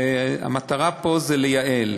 והמטרה פה היא לייעל.